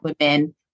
women